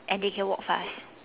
and they can walk fast